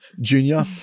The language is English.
junior